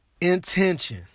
intention